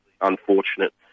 unfortunate